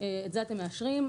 ואת זה אתם מאשרים.